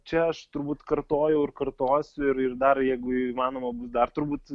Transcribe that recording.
čia aš turbūt kartojau ir kartosiu ir ir dar jeigu įmanoma bus dar turbūt